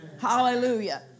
Hallelujah